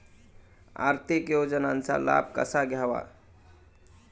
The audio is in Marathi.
आर्थिक योजनांचा लाभ कसा घ्यावा?